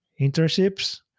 internships